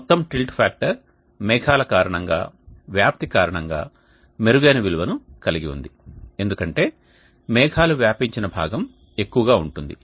మొత్తం tilt factor మేఘాల కారణంగా వ్యాప్తి కారణంగా మెరుగైన విలువను కలిగి ఉంది ఎందుకంటే మేఘాలు వ్యాపించిన భాగం ఎక్కువగా ఉంటుంది